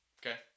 Okay